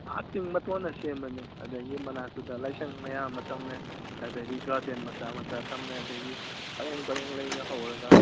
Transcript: ꯑꯥ ꯆꯤꯡ ꯃꯇꯣꯟꯗ ꯁꯦꯝꯕꯅꯤ ꯑꯗꯒꯤ ꯃꯅꯥꯛꯇꯨꯗ ꯂꯥꯏꯁꯪ ꯃꯌꯥꯝ ꯑꯃ ꯊꯝꯃꯦ ꯑꯗꯒꯤ ꯒꯥꯔꯗꯦꯟ ꯃꯆꯥ ꯃꯆꯥ ꯊꯝꯃꯦ ꯑꯗꯒꯤ ꯄꯔꯦꯡ ꯄꯔꯦꯡ ꯂꯩꯒ ꯍꯧꯔꯒ